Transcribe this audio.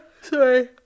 Sorry